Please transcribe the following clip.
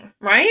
right